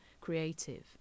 creative